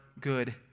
good